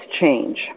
change